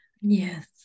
Yes